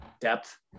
depth